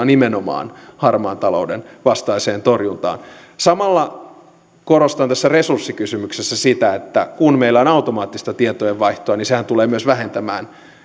nimenomaan harmaan talouden vastaiseen torjuntaan samalla korostan tässä resurssikysymyksessä sitä että kun meillä on automaattista tietojenvaihtoa niin sehän tulee myös vähentämään